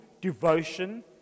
devotion